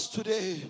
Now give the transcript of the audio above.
Today